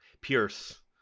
Pierce